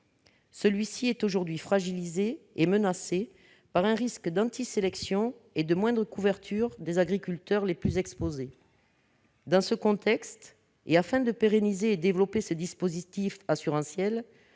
Celui-ci est aujourd'hui fragilisé et menacé par un risque d'antisélection et de moindre couverture des agriculteurs les plus exposés. Dans ce contexte, et afin de pérenniser et de développer ce dispositif assurantiel,